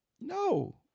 No